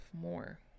more